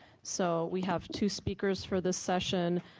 so we have two speakers for this session,